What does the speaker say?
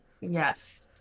Yes